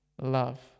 love